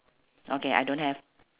okay I don't have